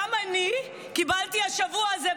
גם אני קיבלתי בשבוע הזה,